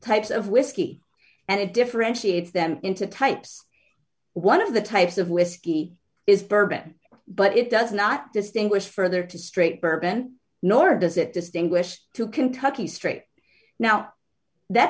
types of whiskey and it differentiates them into types one of the types of whiskey is bourbon but it does not distinguish further to straight bourbon nor does it distinguish two kentucky straight now that